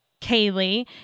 Kaylee